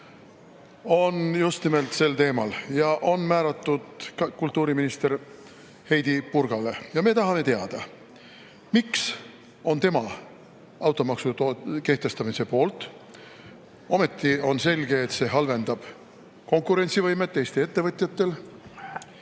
on just nimelt sel teemal ja on määratud kultuuriminister Heidy Purgale. Me tahame teada, miks on tema automaksu kehtestamise poolt. Ometi on selge, et see halvendab Eesti ettevõtete